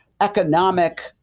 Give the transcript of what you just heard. economic